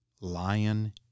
Lion